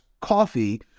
coffee